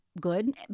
Good